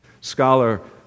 Scholar